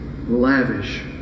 lavish